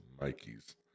Mikey's